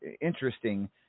interesting